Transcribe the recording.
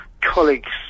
colleagues